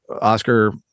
oscar